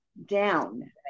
down